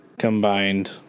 Combined